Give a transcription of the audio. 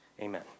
amen